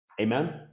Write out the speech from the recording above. Amen